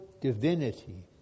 divinity